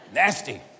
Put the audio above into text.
Nasty